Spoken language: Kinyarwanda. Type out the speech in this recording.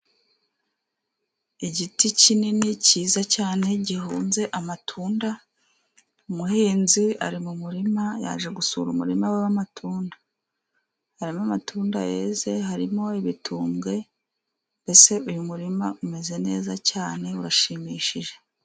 Igiti kinini kiza cyane, gihunze amatunda, umuhinzi ari mu murima, yaje gusarura umurima w'amatunda. Harimo amatunda yeze, harimo ibitumbwe, mbese uyu murima umeze neza cyane, urashimishije.